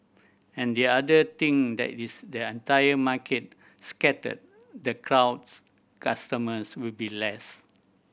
and the other thing that is the entire market scattered the crowds customers will be less